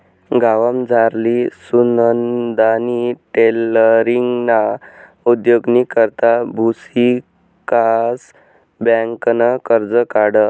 गावमझारली सुनंदानी टेलरींगना उद्योगनी करता भुविकास बँकनं कर्ज काढं